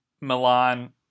Milan